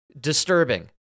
disturbing